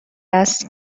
است